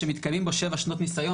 "שמתקיימים בו שבע שנות ניסיון".